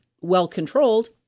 well-controlled